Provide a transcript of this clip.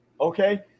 Okay